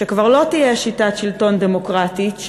שכבר לא תהיה שיטת שלטון דמוקרטית,